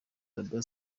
arabie